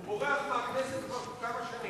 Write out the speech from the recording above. הוא בורח מהכנסת כבר כמה שנים.